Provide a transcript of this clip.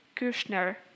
Kushner